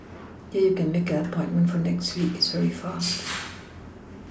here you can make an appointment for next week it's very fast